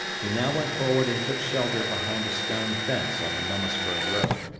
he now went forward and took shelter behind a stone fence on the mummasburg road,